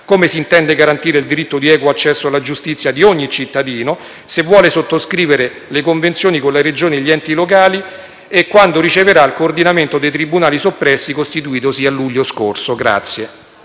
come intende garantire il diritto di equo accesso alla giustizia di ogni cittadino; se vuole sottoscrivere le convenzioni con le Regioni e gli enti locali e quando riceverà il coordinamento dei tribunali soppressi costituitosi a luglio scorso.